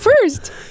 first